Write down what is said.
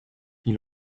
die